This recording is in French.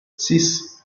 six